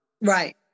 right